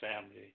family